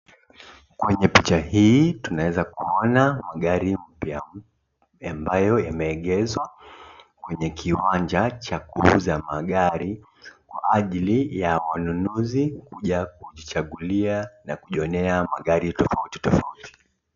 Kwenye picha hii tunaweza kuona magari mpya mpya ambayo yameegezwa kwenye kiwanja cha kuuza magari kwa ajili ya wanunuzi kuja kujichagulia na kujionea magari tofauti tofauti.